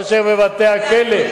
לעומת בתי-הכלא,